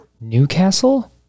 Newcastle